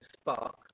spark